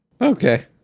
Okay